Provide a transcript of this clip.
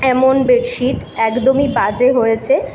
এমন বেডশিট একদমই বাজে হয়েছে